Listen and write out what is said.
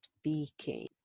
speaking